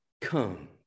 come